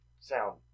Sound